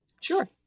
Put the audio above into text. Sure